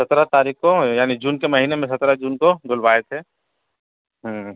سترہ تاریخ کو یعنی جون کے مہینے میں سترہ جون کو دھلوائے تھے